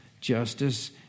justice